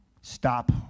stop